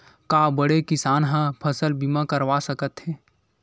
का बड़े किसान ह फसल बीमा करवा सकथे?